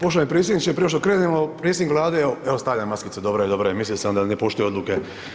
Poštovani predsjedniče, prije nego što krenemo, predsjednik Vlade, evo, stavlja maskicu, dobro je, dobro je, mislio sam da ne poštuje odluke.